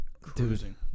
cruising